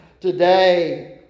Today